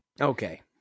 Okay